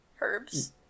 herbs